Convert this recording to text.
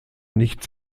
nicht